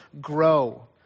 grow